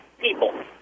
people